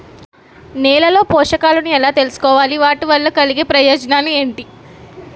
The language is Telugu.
నేలలో పోషకాలను ఎలా తెలుసుకోవాలి? వాటి వల్ల కలిగే ప్రయోజనాలు ఏంటి?